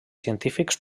científics